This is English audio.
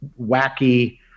wacky